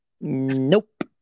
nope